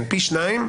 של פי 2,